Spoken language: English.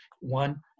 one